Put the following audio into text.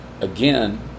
Again